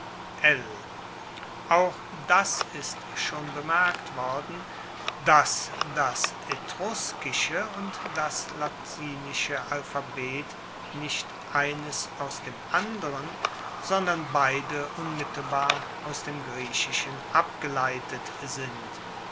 auch das ist schon bemerkt worden dass das etruskische und das latinische alphabet nicht eines aus dem anderen sondern beide unmittelbar aus dem griechischen abgeleitet sind